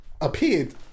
appeared